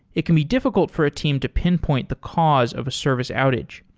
it can be difficult for a team to pinpoint the cause of a service outage.